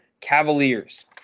Cavaliers